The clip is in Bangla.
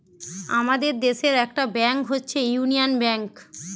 আমাদের দেশের একটা ব্যাংক হচ্ছে ইউনিয়ান ব্যাঙ্ক